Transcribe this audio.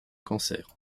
cancer